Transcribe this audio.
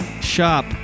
shop